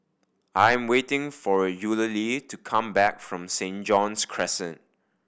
I'm waiting for Eulalie to come back from Saint John's Crescent